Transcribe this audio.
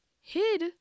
hid